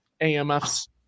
AMFs